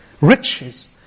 Riches